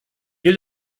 will